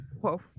Whoa